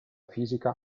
fisica